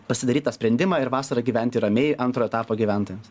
pasidaryt tą sprendimą ir vasarą gyventi ramiai antro etapo gyventojams